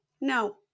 No